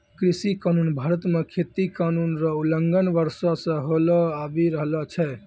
कृषि कानून भारत मे खेती कानून रो उलंघन वर्षो से होलो आबि रहलो छै